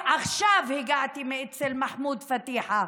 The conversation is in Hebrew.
עכשיו הגעתי ממחמוד פאתיחה.